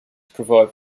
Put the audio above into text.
provide